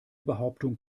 behauptung